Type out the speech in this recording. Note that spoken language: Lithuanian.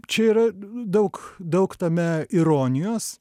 čia yra daug daug tame ironijos